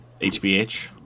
HBH